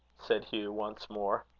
said hugh, once more.